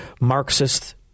Marxist